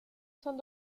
son